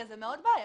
זה מאוד בעייתי.